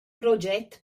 proget